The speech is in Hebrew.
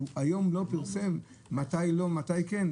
היום הוא לא פרסם מתי לא ומתי כן,